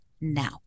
now